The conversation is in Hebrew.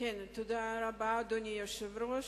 אדוני היושב-ראש,